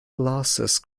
glasses